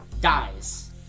dies